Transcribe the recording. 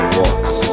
walks